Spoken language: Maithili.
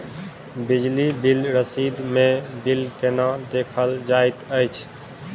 बिजली बिल रसीद मे बिल केना देखल जाइत अछि?